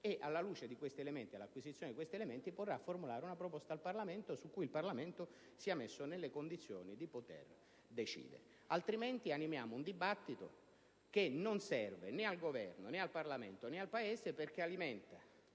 coinvolti in questa vicenda: dopo l'acquisizione di questi elementi, il Governo potrà formulare una proposta al Parlamento su cui lo stesso sia messo nelle condizioni di poter decidere. Altrimenti animiamo un dibattito che non serve né al Governo, né al Parlamento, né al Paese perché alimenta